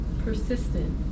persistent